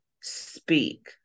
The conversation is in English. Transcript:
speak